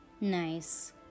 Nice